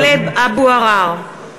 (קוראת בשמות חברי הכנסת)